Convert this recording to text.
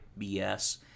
BS